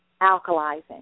alkalizing